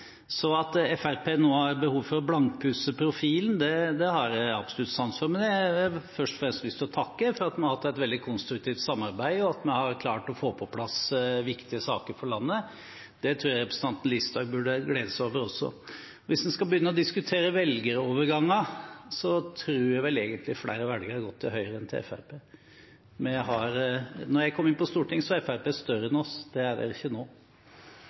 At Fremskrittspartiet nå har behov for å blankpusse profilen, har jeg absolutt sansen for, men jeg har først og fremst lyst til å takke for at vi har hatt et veldig konstruktivt samarbeid, og at vi har klart å få på plass viktige saker for landet. Det tror jeg representanten Listhaug burde glede seg over også. Hvis en skal begynne å diskutere velgeroverganger, tror jeg vel egentlig flere velgere har gått til Høyre enn til Fremskrittspartiet. Da jeg kom inn på Stortinget, var Fremskrittspartiet større enn oss. Det er de ikke nå.